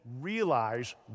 realize